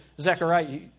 Zechariah